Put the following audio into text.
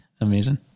Amazing